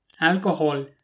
alcohol